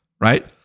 right